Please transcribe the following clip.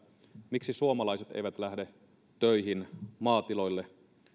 miksi suomalaiset eivät lähde töihin maatiloille